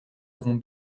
avons